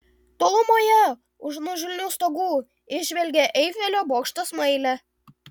tolumoje už nuožulnių stogų įžvelgė eifelio bokšto smailę